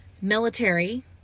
military